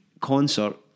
concert